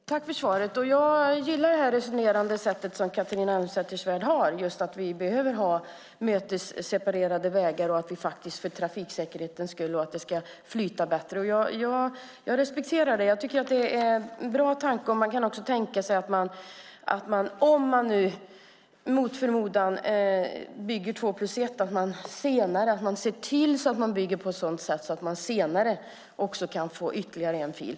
Herr talman! Jag tackar för svaret. Jag gillar det resonerande sätt som Catharina Elmsäter-Svärd har om att vi behöver ha mötesseparerade vägar för trafiksäkerhetens skull och för att trafiken ska flyta bättre. Jag respekterar det och tycker att det är en bra tanke. Och skulle man mot förmodan bygga två-plus-ett-väg kan man se till att man bygger på ett sådant sätt att man senare kan få ytterligare en fil.